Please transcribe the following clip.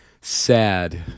sad